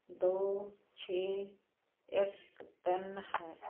ਦੋ ਛੇ ਇੱਕ ਤਿੰਨ ਹੈ